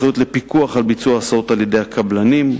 אחריות לפיקוח על ביצוע הסעות על-ידי הקבלנים,